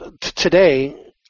today